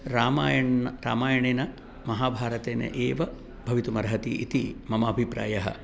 रामायण् रामायणेन महाभारतेन एव भवितुमर्हति इति मम अभिप्रायः